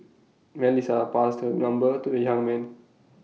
Melissa passed her number to the young man